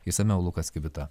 išsamiau lukas kivita